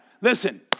Listen